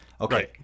Okay